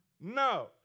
No